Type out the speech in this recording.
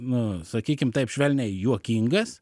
nu sakykim taip švelniai juokingas